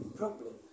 problem